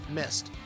missed